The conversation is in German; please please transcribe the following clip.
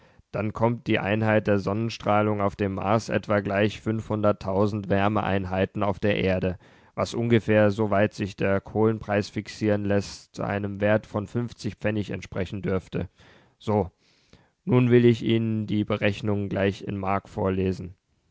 dann kommt die einheit der sonnenstrahlung auf dem mars etwa gleich wärme einhalten auf der erde was ungefähr soweit sich der kohlenpreis fixieren läßt einem wert von fünfzig pfennig entsprechen dürfte so nun will ich ihnen die berechnungen gleich in mark vorlesen